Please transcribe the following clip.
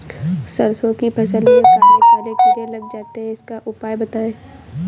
सरसो की फसल में काले काले कीड़े लग जाते इसका उपाय बताएं?